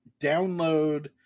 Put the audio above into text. download